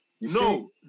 No